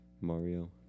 Mario